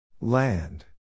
Land